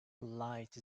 light